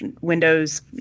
windows